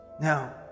Now